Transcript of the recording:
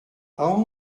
aon